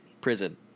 prison